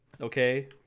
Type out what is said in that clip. okay